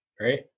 right